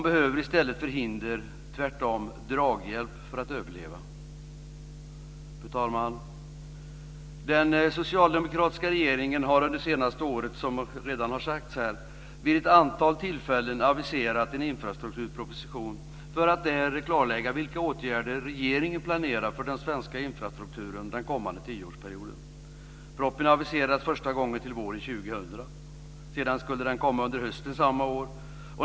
I stället för hinder behöver de draghjälp för att överleva. Fru talman! Som redan har sagts har den socialdemokratiska regeringen under det senaste året vid ett antal tillfällen aviserat en infrastrukturproposition för att där klarlägga vilka åtgärder regeringen planerar för den svenska infrastrukturen den kommande tioårsperioden. Propositionen aviserades första gången till våren 2000. Sedan skulle den komma under hösten samma år.